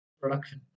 production